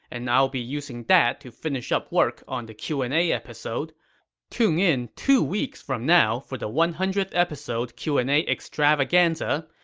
and i'll be using that to finish up work on the q and a. tune in two weeks from now for the one hundredth episode q and a extravaganza,